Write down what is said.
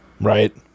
Right